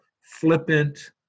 flippant